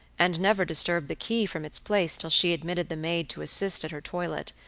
and never disturbed the key from its place till she admitted the maid to assist at her toilet,